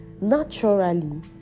naturally